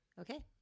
Okay